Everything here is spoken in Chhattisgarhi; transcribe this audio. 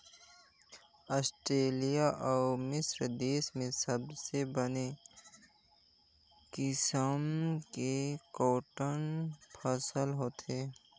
आस्टेलिया अउ मिस्र देस में सबले बने किसम के कॉटन फसल होथे